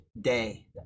day